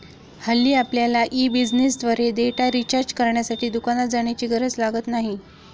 हल्ली आपल्यला ई बिझनेसद्वारे डेटा रिचार्ज करण्यासाठी दुकानात जाण्याची गरज लागत नाही